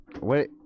Wait